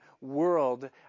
world